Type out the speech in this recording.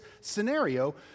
scenario